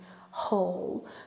whole